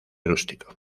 rústico